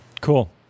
Cool